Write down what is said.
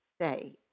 say